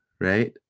right